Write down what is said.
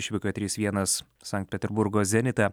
išvykoje trys vienas sankt peterburgo zenitą